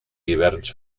hiverns